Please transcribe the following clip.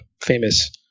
famous